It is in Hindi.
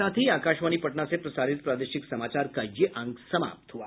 इसके साथ ही आकाशवाणी पटना से प्रसारित प्रादेशिक समाचार का ये अंक समाप्त हुआ